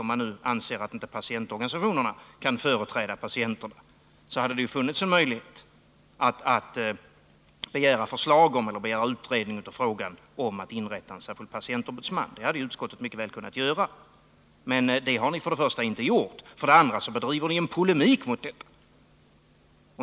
Om man nu anser att patientorganisationerna inte kan företräda patienterna hade det ändå funnits en möjlighet att begära en utredning när det gäller frågan om att utse en särskild patienombudsman. Det hade utskottet mycket väl kunnat göra. Men för det första har ni i utskottet inte gjort det, och för det andra för ni polemik mot detta.